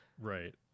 right